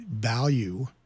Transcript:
value